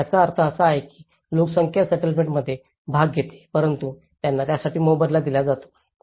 तर याचा अर्थ असा की लोकसंख्या सेटलमेंटमध्ये भाग घेते परंतु त्यांना त्यासाठी मोबदला दिला जातो